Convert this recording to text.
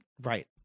right